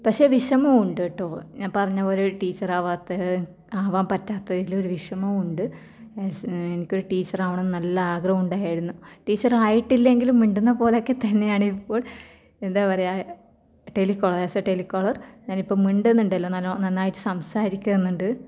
പക്ഷേ വിഷമം ഉണ്ട് കേട്ടോ ഞാൻ പറഞ്ഞതുപോലെ ഒരു ടീച്ചർ ആവാത്ത ആവാൻ പറ്റാത്തതിലൊരു വിഷമമുണ്ട് സ് എനിക്കൊരു ടീച്ചർ ആവണം എന്ന് നല്ല ആഗ്രഹമുണ്ടായിരുന്നു ടീച്ചർ ആയിട്ടില്ലെങ്കിലും മിണ്ടുന്നത് പോലെ ഒക്കെത്തന്നെയാണ് ഇപ്പോൾ എന്താണ് പറയുക ടെലികോളർ ആസ് എ ടെലികോളർ ഞാനിപ്പോൾ മിണ്ടുന്നുണ്ടല്ലൊ നന്നായിട്ട് സംസാരിക്കുന്നുണ്ട്